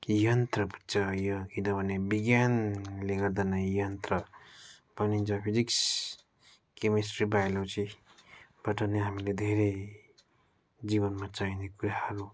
यन्त्र बुज्छ यो किनभने विज्ञानले गर्दा नै यन्त्र पनि जो फिजिक्स केमेस्ट्री बायोलोजीबाट नै हामीले धेरै जीवनमा चाहिने कुराहरू